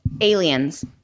Aliens